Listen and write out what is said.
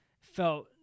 felt